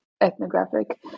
ethnographic